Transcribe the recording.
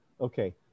okay